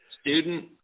student